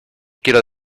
quiero